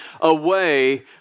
away